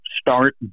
start